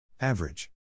Average